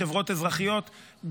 מחברות אזרחיות,